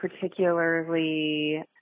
Particularly